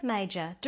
Major